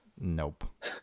Nope